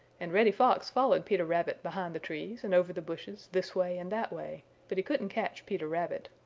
and reddy fox followed peter rabbit behind the trees and over the bushes this way and that way, but he couldn't catch peter rabbit.